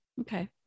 okay